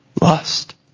lust